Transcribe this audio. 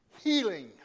healing